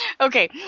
Okay